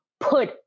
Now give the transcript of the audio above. put